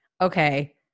Okay